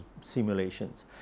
simulations